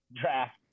draft